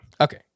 Okay